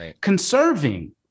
conserving